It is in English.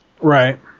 Right